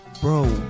Bro